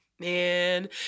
Man